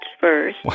first